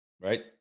right